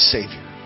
Savior